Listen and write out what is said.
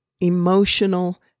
emotional